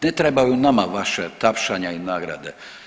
Ne trebaju nama vaša tapšanja i nagrade.